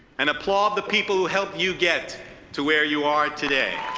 and applaud the people who helped you get to where you are today.